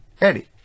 Eddie